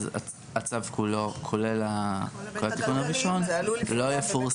אז הצו כולו, כולל התיקון הראשון, לא יפורסם.